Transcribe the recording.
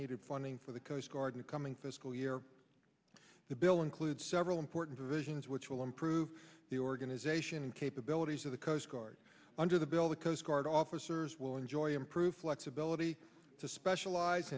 needed funding for the coast guard in the coming fiscal year the bill includes several important provisions which will improve the organization and capabilities of the coast guard under the bill the coast guard officers will enjoy improved flexibility to specialize